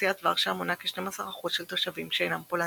אוכלוסיות ורשה מונה כ-12% של תושבים שאינם פולנים.